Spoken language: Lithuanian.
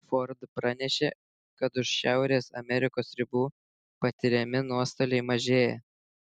ford pranešė kad už šiaurės amerikos ribų patiriami nuostoliai mažėja